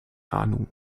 ahnung